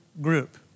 group